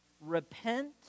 Repent